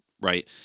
right